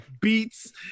beats